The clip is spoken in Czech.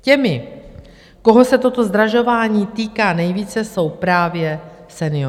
Těmi, koho se toto zdražování týká nejvíce, jsou právě senioři.